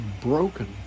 broken